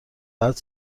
بعد